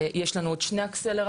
יש לנו את שני האקסלרטורים,